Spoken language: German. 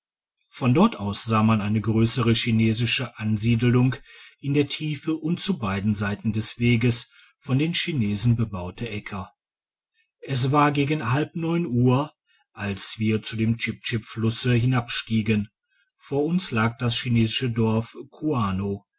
von dort aus sah man eine grössere chinesische ansiedelung in der tiefe und zu beiden seiten des weges von den chinesen bebaute aecker es war gegen halb neun uhr als wir wieder zu dem chip chip flusse hinabstiegen vor uns lag das chinesische dorf